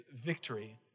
victory